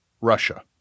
Russia